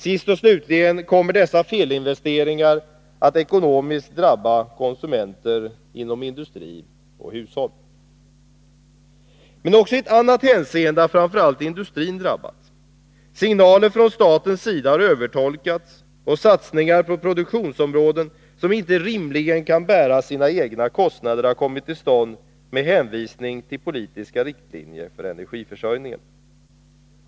Sist och slutligen kommer dessa felinvesteringar att drabba konsumenter inom industri och hushåll. Men också i ett annat hänseende har framför allt industrin drabbats. Signaler från statens sida har övertolkats, och satsningar på produktområden som inte rimligen kan bära sina egna kostnader har kommit till stånd med hänvisning till politiska riktlinjer för energiförsörjningen.